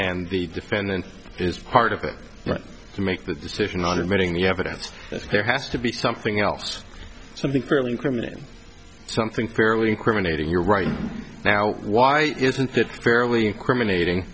and the defendant is part of the right to make that decision on admitting the evidence there has to be something else something fairly incriminating something fairly incriminating here right now why isn't that fairly incriminating